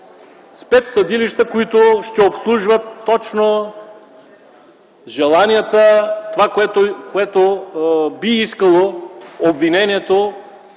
Спецсъдилища, които ще обслужват точно желанията, това, което би искало обвинението,